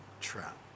trap